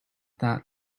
that